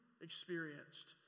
experienced